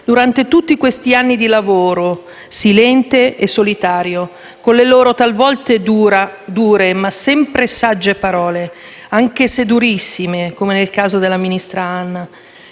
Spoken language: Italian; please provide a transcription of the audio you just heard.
durante tutti questi anni di lavoro, silente e solitario, con le loro talvolta ferme, ma sempre sagge parole, anche se durissime, come nel caso della ministra Anna